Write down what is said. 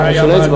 של הים האדום.